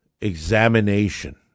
examination